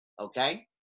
okay